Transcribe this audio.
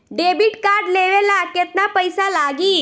Debit card लेवे ला केतना पईसा लागी?